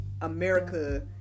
America